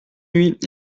nuit